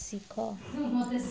ଶିଖ